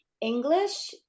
English